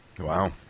Wow